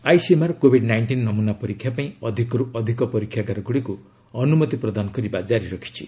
ICMR covid nineteen ନମୁନା ପରୀକ୍ଷା ପାଇଁ ଅଧିକରୁ ଅଧିକ ପରୀକ୍ଷାଗାରଗୁଡ଼ିକୁ ଅନୁମତି ପ୍ରଦାନ କରିବା ଜାରି ରଖିଛି